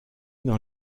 dans